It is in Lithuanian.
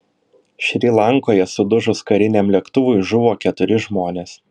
šri lankoje sudužus kariniam lėktuvui žuvo keturi žmonės